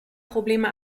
probleme